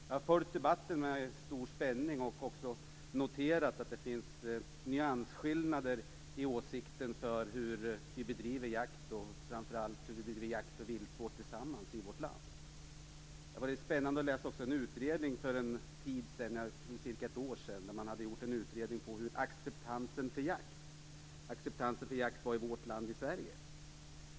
Jag har följt debatten med stor spänning och också noterat att det finns nyansskillnader i åsikten hur vi bedriver jakt och viltvård i vårt land. Det har varit spännande att läsa den utredning som kom för cirka ett år sedan om acceptansen för jakt i vårt land.